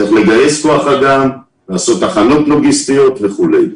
צריך לגייס כוח אדם, לעשות הכנות לוגיסטיות וכו'.